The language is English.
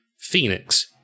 Phoenix